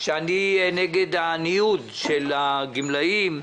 שאני נגד הניוד של הגמלאים,